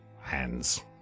hands